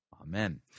Amen